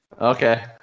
Okay